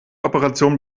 operationen